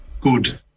good